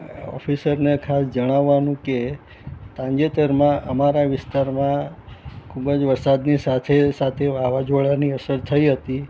ઓફિસરને ખાસ જણાવવાનું કે તાજેતરમાં અમારા વિસ્તારમાં ખૂબ જ વરસાદની સાથે સાથે વાવાઝોડાની અસર થઈ હતી